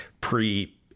pre